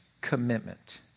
commitment